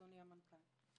אדוני המנכ"ל.